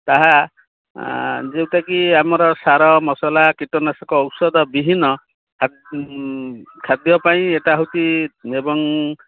ତାହା ଯେଉଁଟାକି ଆମର ସାର ମସଲା କୀଟନାଶକ ଔଷଧ ବିହୀନ ଖାଦ୍ୟ ପାଇଁ ଏଇଟା ହେଉଛି ଏବଂ